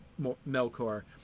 Melkor